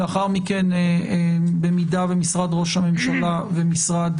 לאחר מכן אם משרד ראש הממשלה ומשרד